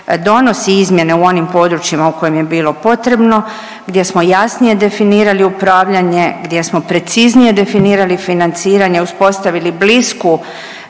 donosi izmjene u onim područjima u kojim je bilo potrebno gdje smo jasnije definirali upravljanje, gdje smo preciznije definirali financiranje, uspostavili blisku